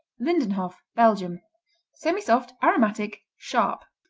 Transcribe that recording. lindenhof belgium semisoft aromatic sharp.